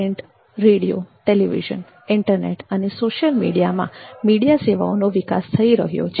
print radio television internet અને social મીડિયામાં media સેવાઓનો વિકાસ થઈ રહ્યો છે